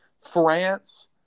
France